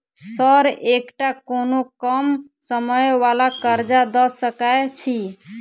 Sir एकटा कोनो कम समय वला कर्जा दऽ सकै छी?